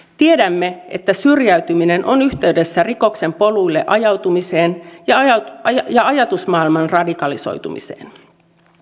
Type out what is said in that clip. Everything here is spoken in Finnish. tiedämme että syrjäytyminen on yhteydessä rikoksen poluille ajautumiseen ja ajatusmaailman radikalisoitumiseen